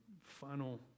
final